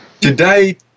Today